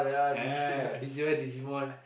uh DIgimon Digimon